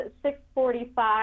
6.45